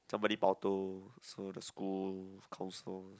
somebody bao toh so the school counsel